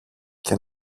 και